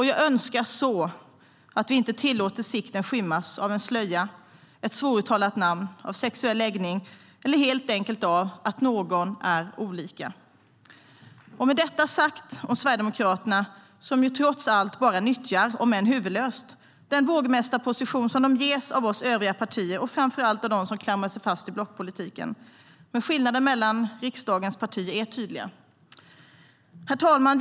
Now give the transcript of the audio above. Jag önskar så att vi inte tillåter sikten skymmas av en slöja, av ett svåruttalat namn, av sexuell läggning eller helt enkelt av att någon är olik. Herr talman!